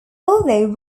although